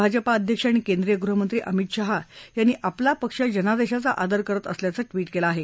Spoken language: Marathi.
भाजपा अध्यक्ष आणि केंद्रीय गृहमंत्री अमित शाह यांनी आपला पक्ष जनादेशाचा आदर करत असल्याचं ट्विट केलं आहे